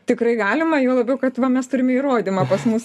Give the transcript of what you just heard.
tikrai galima juo labiau kad va mes turime įrodymą pas mus